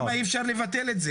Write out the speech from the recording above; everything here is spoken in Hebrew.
למה אי אפשר לבטל את זה?